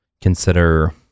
consider